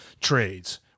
trades